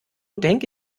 denke